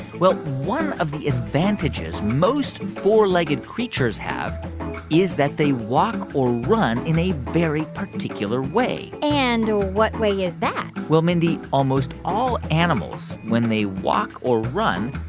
well, one of the advantages most four-legged creatures have is that they walk or run in a very particular way and what way is that? well, mindy, almost all animals, when they walk or run,